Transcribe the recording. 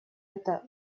это